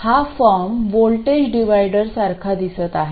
हा form voltage divider सारखा दिसत आहे